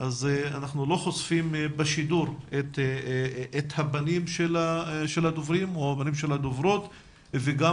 אנחנו לא חושפים בשידור את הפנים של הדוברים או הדוברות וגם